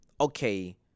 Okay